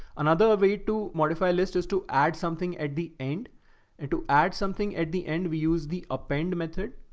another way to modify lists is to add something at the end and to add something at the end, we use the append method.